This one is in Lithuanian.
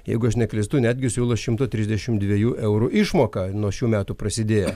jeigu aš neklystu netgi siūlo šimto trisdešimt dviejų eurų išmoką nuo šių metų prasidėjo